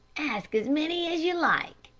ask as many as you like,